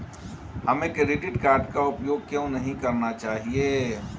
हमें credit card का उपयोग क्यों नहीं करना चाहिए?